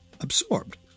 absorbed